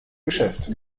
geschäft